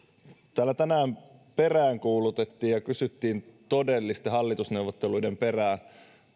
täällä tänään peräänkuulutettiin ja kysyttiin todellisten hallitusneuvottelujen perään